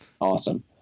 Awesome